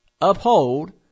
uphold